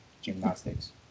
gymnastics